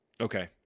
Okay